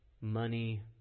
money